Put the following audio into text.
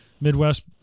midwest